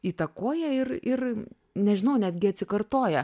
įtakoja ir ir nežinau netgi atsikartoja